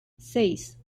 seis